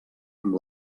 amb